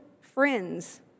friends